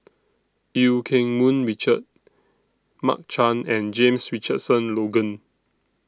EU Keng Mun Richard Mark Chan and James Richardson Logan